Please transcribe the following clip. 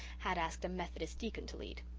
had asked a methodist deacon to lead.